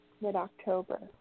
Mid-October